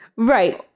Right